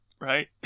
right